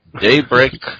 Daybreak